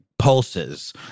pulses